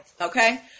okay